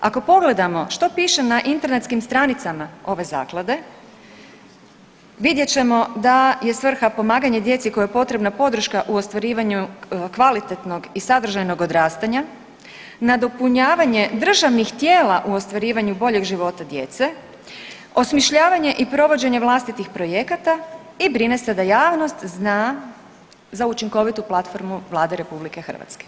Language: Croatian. Ako pogledamo što piše na internetskim stranicama ove zaklade vidjet ćemo da je svrha pomaganje djeci kojoj je potrebna podrška u ostvarivanju kvalitetnog i sadržajnog odrastanja, nadopunjavanje državnih tijela u ostvarivanju boljeg života djece, osmišljavanje i provođenje vlastitih projekata i brine se da javnost zna za učinkovitu platformu Vlade RH.